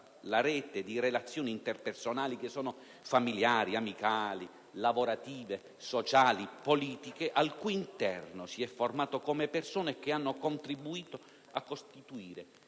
la rete di relazioni interpersonali (che sono familiari, amicali, lavorative, politiche, sociali), al cui interno si è formato come persona e che hanno contribuito a costituire